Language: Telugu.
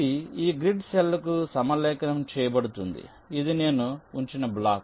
ఇది ఈ గ్రిడ్ సెల్కు సమలేఖనం చేయబడుతుంది ఇది నేను ఉంచిన బ్లాక్